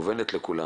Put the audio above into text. מובנת לכולנו.